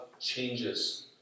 changes